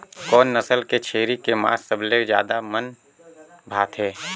कोन नस्ल के छेरी के मांस सबले ज्यादा मन भाथे?